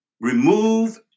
Remove